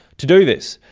to do this,